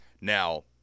Now